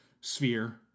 sphere